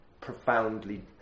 profoundly